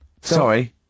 Sorry